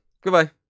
Goodbye